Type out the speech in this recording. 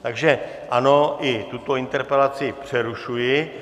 Takže ano, i tuto interpelaci přerušuji.